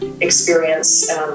experience